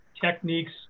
techniques